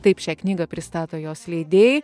taip šią knygą pristato jos leidėjai